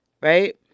right